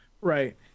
Right